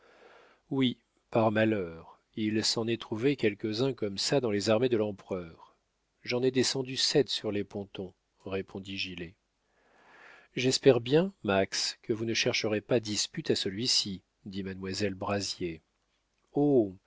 oui par malheur il s'en est trouvé quelques-uns comme ça dans les armées de l'empereur j'en ai descendu sept sur les pontons répondit gilet j'espère bien max que vous ne chercherez pas dispute à celui-ci dit mademoiselle brazier